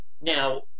Now